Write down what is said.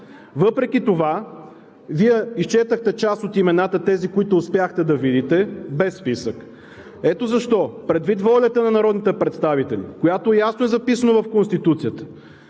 Въпреки това Вие изчетохте част от имената – тези, които успяхте да видите, без списък. Ето защо, предвид волята на народните представители, която ясно е записана в Конституцията,